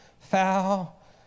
foul